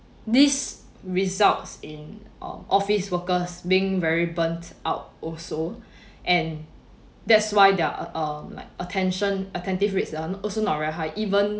this results in um office workers being very burnt out also and that's why there are like um attention attentive rates are also not very high even